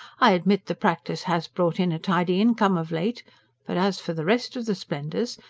i admit the practice has brought in a tidy income of late but as for the rest of the splendours,